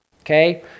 Okay